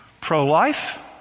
Pro-life